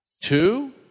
Two